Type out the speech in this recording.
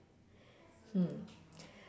hmm